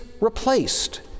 replaced